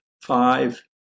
five